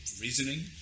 reasoning